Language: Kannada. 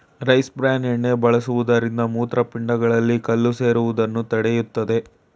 ರೈಸ್ ಬ್ರ್ಯಾನ್ ಎಣ್ಣೆ ಬಳಸುವುದರಿಂದ ಮೂತ್ರಪಿಂಡಗಳಲ್ಲಿ ಕಲ್ಲು ಸೇರುವುದನ್ನು ತಡೆಯುತ್ತದೆ